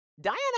diana